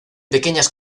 pequeñas